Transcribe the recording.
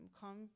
come